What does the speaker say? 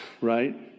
right